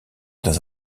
dans